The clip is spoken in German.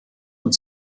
und